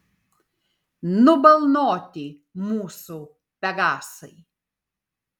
nubalnoti mūsų pegasai